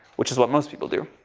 which is what most people do.